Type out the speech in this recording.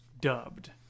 dubbed